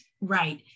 right